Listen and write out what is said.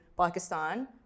Pakistan